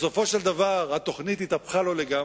בסופו של דבר, התוכנית התהפכה לו לגמרי,